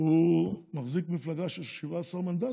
הוא מחזיק מפלגה של 17 מנדטים.